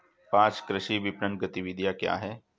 पाँच कृषि विपणन गतिविधियाँ क्या हैं?